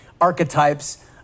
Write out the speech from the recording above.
archetypes